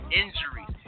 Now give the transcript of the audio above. injuries